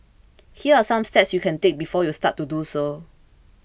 here are some steps you can take before you start to do so